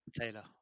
Taylor